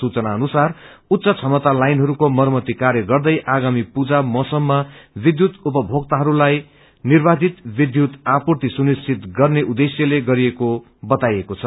सूचना अनुसार उच्च क्षमता लाइनहरूको मरमती कार्य गर्दै आगामी पूजा मौसमामा विध्यूत उपभोक्तहाहयलाई निव्रधित विध्यूत सप्लाई सुनिश्चित गर्ने उद्देश्यले गरिएको बताएको द